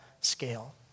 scale